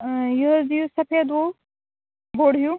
یہِ حظ دیوسفید ہو بوٚڑ ہیٚو